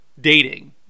dating